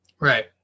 right